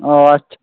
ও আচ্ছা